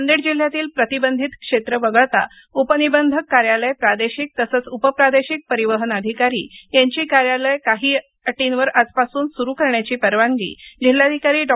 नांदेड जिल्ह्यातील प्रतिबंधित क्षेत्र वगळता उपनिबंधक कार्यालय प्रादेशीक तसेच उपप्रादेशीक परिवहन अधिकारी यांची कार्यालय काही अटींवर आजपासून सुरू करण्याची परवानगी जिल्हाधिकारी डॉ